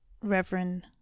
Reverend